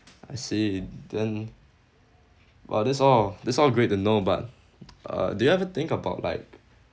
I see then !wah! that's all that's all great to know but uh do you ever think about like